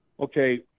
Okay